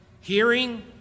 Hearing